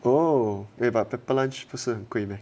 oh eh pepper lunch 不是很贵 meh